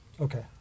Okay